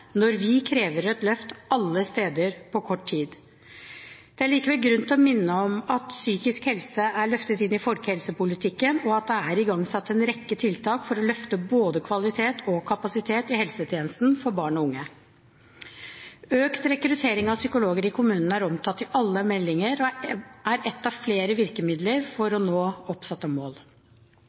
når vi krever et løft alle steder på kort tid. Det er likevel grunn til å minne om at psykisk helse er løftet inn i folkehelsepolitikken, og at det er igangsatt en rekke tiltak for å løfte både kvalitet og kapasitet i helsetjenesten for barn og unge. Økt rekruttering av psykologer i kommunene er omtalt i alle meldingene og er ett av flere virkemidler for å nå oppsatte mål.